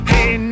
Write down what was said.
Hey